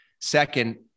Second